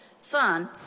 Son